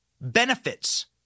benefits